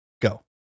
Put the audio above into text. Go